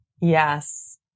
yes